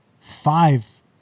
five